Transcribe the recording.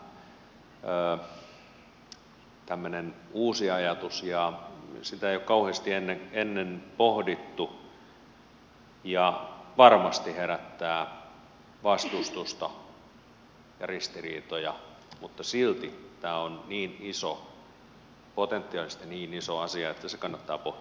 tiedän että se on vähän tämmöinen uusi ajatus ja sitä ei ole kauheasti ennen pohdittu ja varmasti se herättää vastustusta ja ristiriitoja mutta silti tämä on potentiaalisesti niin iso asia että se kannattaa pohtia kunnolla